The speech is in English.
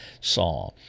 saw